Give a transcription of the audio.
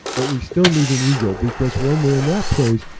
but we still need an ego. because when we're in that place,